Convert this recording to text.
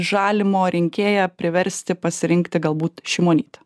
žalimo rinkėją priversti pasirinkti galbūt šimonytę